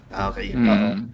Okay